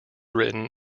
written